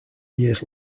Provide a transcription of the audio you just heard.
years